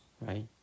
right